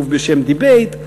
גוף בשם "דיבייט".